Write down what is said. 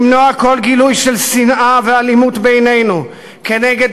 למנוע כל גילוי של שנאה ואלימות בינינו כנגד